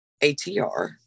ATR